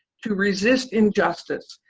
to resist injustice,